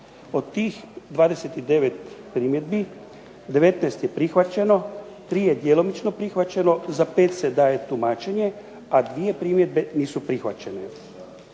Od tih 29 primjedbi, 19 je prihvaćeno, 3 je djelomično prihvaćeno, za 5 se daje tumačenje a 2 primjedbe nisu prihvaćene.